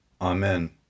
Amen